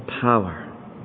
power